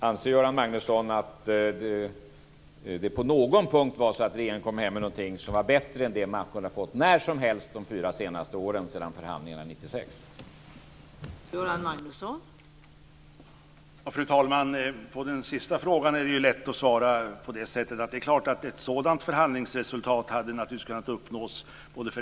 Anser Göran Magnusson att det på någon punkt var så att regeringen kom hem med någonting som var bättre än det man hade kunnat få när som helst de senaste fyra åren, sedan förhandlingarna 1996?